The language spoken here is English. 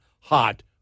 hot